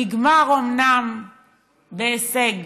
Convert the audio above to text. נגמר אומנם בהישג